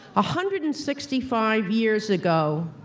ah hundred and sixty five years ago,